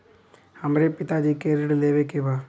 हमरे पिता जी के ऋण लेवे के बा?